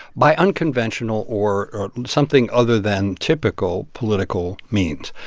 by unconventional or something other than typical political means.